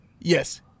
Yes